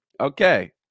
Okay